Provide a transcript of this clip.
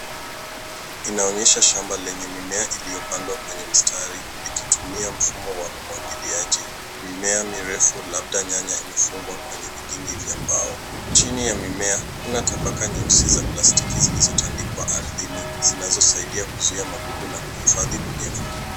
Inaonyesha shamba lenye mimea iliyopandwa kwenye mistari ikitumia mfumo wa umwagiliaji. Mimea mirefu labda nyanya imefungwa kwenye vigingi vya mbao. Chini ya mimea, kuna tabaka nyeusi za plastiki zilizotandikwa ardhini zinazosaidia kuzuia magugu na kuhifadhi unyevu,